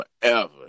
forever